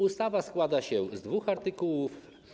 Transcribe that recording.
Ustawa składa się z dwóch artykułów.